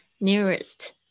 Nearest